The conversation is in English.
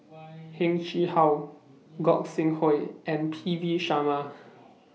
Heng Chee How Gog Sing Hooi and P V Sharma